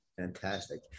Fantastic